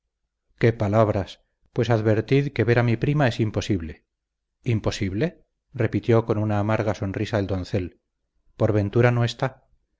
qué palabras pues advertid que ver a mi prima es imposible imposible repitió con una amarga sonrisa el doncel por ventura no está